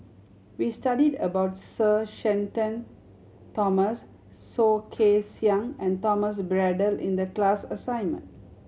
we studied about Sir Shenton Thomas Soh Kay Siang and Thomas Braddell in the class assignment